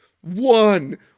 one